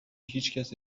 هیچکس